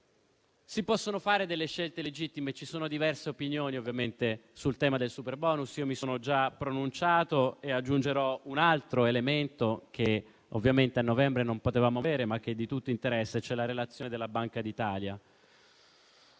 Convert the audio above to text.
si possano fare delle scelte legittime e che ci siano ovviamente diverse opinioni sul tema del superbonus. Io mi sono già pronunciato e aggiungerò un altro elemento che ovviamente a novembre non potevamo avere, ma che è di tutto interesse: la relazione della Banca d'Italia.